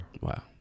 Wow